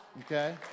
Okay